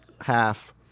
half